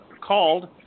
called